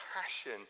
passion